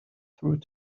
through